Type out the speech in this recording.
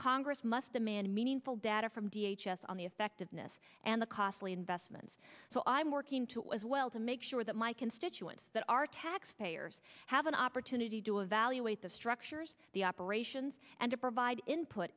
congress must demand meaningful data from d h s on the effectiveness and the costly investments so i'm working to as well to make sure that my constituents that are taxpayers have an opportunity to evaluate the structures the operations and to provide input